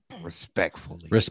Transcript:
respectfully